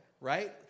right